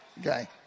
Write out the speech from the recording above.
Okay